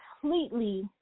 completely